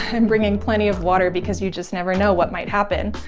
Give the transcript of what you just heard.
and bringing plenty of water because you just never know what might happen.